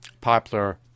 popular